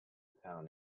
town